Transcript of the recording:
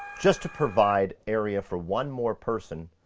just to provide area for one more person.